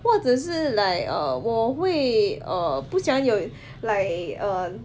或者是 like err 我会 err 不想有 like err